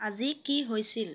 আজি কি হৈছিল